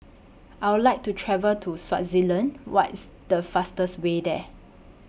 I Would like to travel to Swaziland What IS The fastest Way There